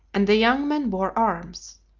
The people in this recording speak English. and the young men bore arms.